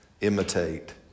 imitate